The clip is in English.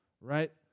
Right